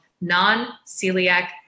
non-celiac